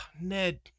Ned